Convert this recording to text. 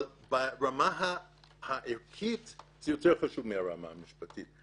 אבל הרמה הערכית יותר חשובה מהרמה המשפטית.